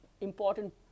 important